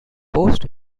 forced